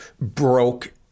broke